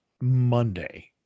Monday